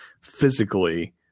physically